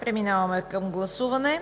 Предстои гласуване.